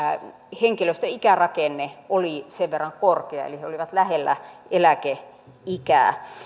henkilöstön ikärakenne oli sen verran korkea eli he olivat lähellä eläkeikää